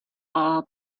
all